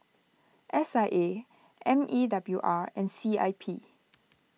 S I A M E W R and C I P